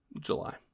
July